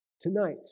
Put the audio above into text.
tonight